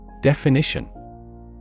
Definition